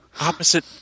Opposite